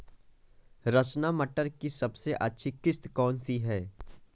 रचना मटर की सबसे अच्छी किश्त कौन सी है?